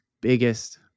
biggest